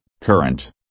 current